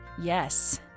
Yes